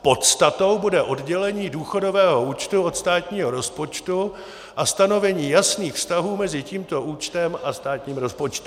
Podstatou bude oddělení důchodového účtu od státního rozpočtu a stanovení jasných vztahů mezi tímto účtem a státním rozpočtem.